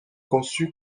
conçu